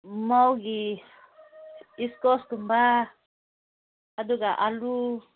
ꯃꯥꯎꯒꯤ ꯏꯁꯀ꯭ꯋꯥꯁꯀꯨꯝꯕ ꯑꯗꯨꯒ ꯑꯥꯂꯨ